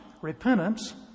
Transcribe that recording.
repentance